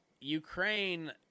Ukraine